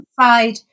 side